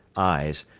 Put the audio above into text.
eyes,